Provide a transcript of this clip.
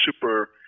Super